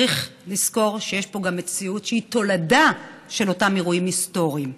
צריך לזכור שיש פה גם מציאות שהיא תולדה של אותם אירועים היסטוריים.